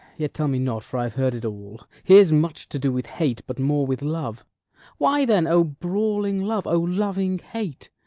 yet tell me not, for i have heard it all. here's much to do with hate, but more with love why, then, o brawling love! o loving hate!